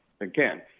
again